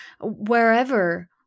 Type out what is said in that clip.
wherever